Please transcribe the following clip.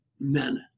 men